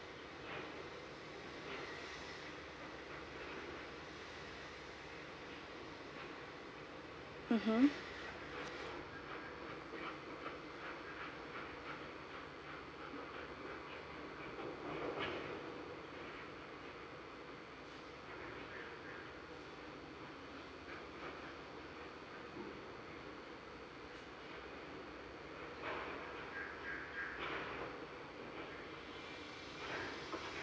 mmhmm